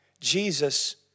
Jesus